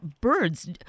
birds